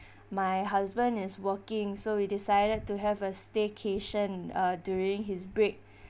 my husband is working so we decided to have a staycation uh during his break